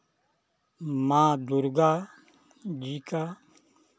माँ दुर्गा जी का